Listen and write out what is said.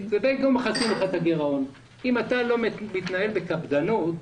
אם אתה לא מתנהל בקפדנות,